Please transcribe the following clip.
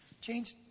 Changed